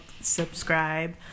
subscribe